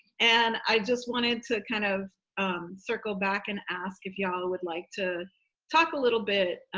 and i just wanted to kind of circle back, and ask if y'all would like to talk a little bit